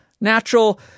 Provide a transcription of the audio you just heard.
Natural